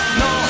no